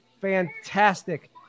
fantastic